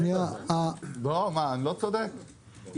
אם